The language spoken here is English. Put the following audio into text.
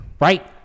right